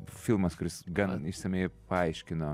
filmas kuris gan išsamiai paaiškino